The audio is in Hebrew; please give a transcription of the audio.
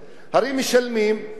ואם זה אזרח ישראלי,